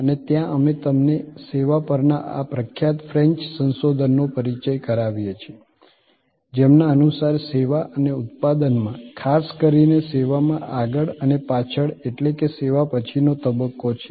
અને ત્યાં અમે તમને સેવા પરના આ પ્રખ્યાત ફ્રેન્ચ સંશોધનનો પરિચય કરાવીએ છીએ જેમના અનુસાર સેવા અને ઉત્પાદન માં ખાસ કરીને સેવા માં આગળ અને પાછળ એટ્લે કે સેવા પછી નો તબક્કો છે